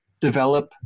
develop